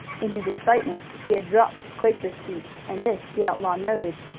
in his excitement he had dropped his quaker speech, and this the outlaw noted.